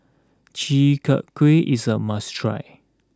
Chi Kak Kuih is a must try